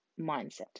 mindset